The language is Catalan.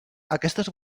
aquestes